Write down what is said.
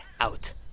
out